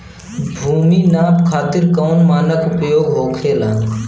भूमि नाप खातिर कौन मानक उपयोग होखेला?